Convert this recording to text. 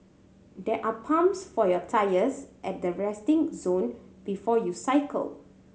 there are pumps for your tyres at the resting zone before you cycle